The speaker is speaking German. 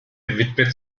widmet